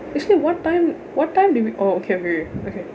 actually what time what time did we oh okay okay okay